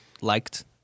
liked